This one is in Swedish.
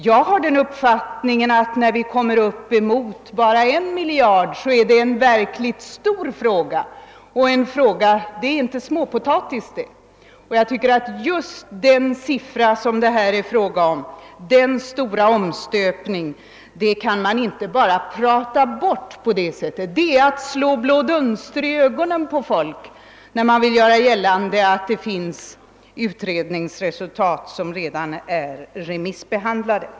Jag har den uppfattningen att redan när vi kommer upp till 1 miljard så är det inte fråga om småpotatis. Och den stora omstöpningen och de stora belopp som det här rör sig om kan man verkligen inte prata bort. Det är också att slå blå dunster i ögonen på människor när man vill göra gällande att det finns utredningsresultat som remissbehandlats.